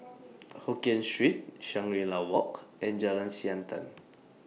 Hokkien Street Shangri La Walk and Jalan Siantan